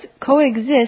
coexist